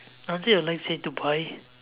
until you would like it to buy